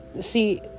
see